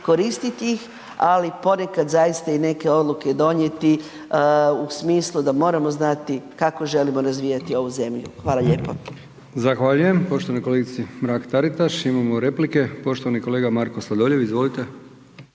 koristit ih, ali ponekad zaista i neke odluke donijeti u smislu da moramo znati kako želimo razvijati ovu zemlju. Hvala lijepo. **Brkić, Milijan (HDZ)** Zahvaljujem poštovanoj kolegici Mrak-Taritaš. Imao replike, poštovani kolega Marko Sladoljev. Izvolite.